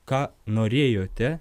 ką norėjote